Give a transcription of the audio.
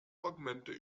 fragmente